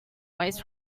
noise